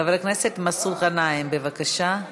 חבר הכנסת מסעוד גנאים, בבקשה.